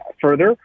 further